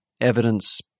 evidence